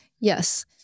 yes